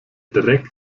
dreck